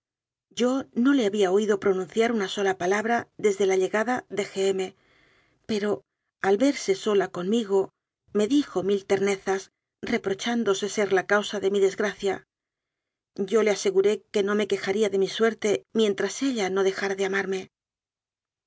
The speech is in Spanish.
yo no le había oído pronunciar una sola palabra desde la llegada de g m pero al verse isola conmigo me dijo mil ternezas repro chándose ser la causa de mi desgracia yo le ase guré que no me quejaría de mi suerte mientras ella no dejara de amarme